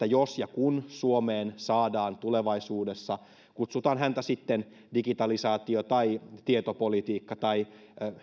jos ja kun suomeen saadaan tulevaisuudessa kutsutaan häntä sitten digitalisaatio tietopolitiikka tai